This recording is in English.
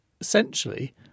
essentially